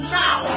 now